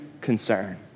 concern